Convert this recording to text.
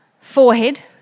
forehead